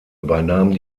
übernahmen